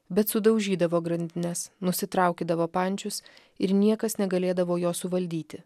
bet sudaužydavo grandines nusitraukydavo pančius ir niekas negalėdavo jo suvaldyti